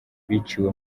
biciwe